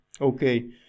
Okay